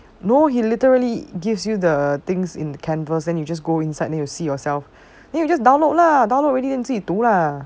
no he literally gives you the things in the canvas then you just go inside then you see yourself and you just download lah download already then 自己读 lah